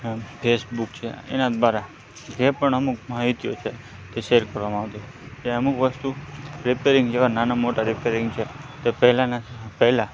Facebook છે એના દ્વારા જે પણ અમુક માહિતીઓ છે એ શેર કરવામાં આવતી હોય છે અમુક વસ્તુ રિપેરિંગ જેવા નાના મોટા રિપેરિંગ છે એ પહેલાંના પહેલા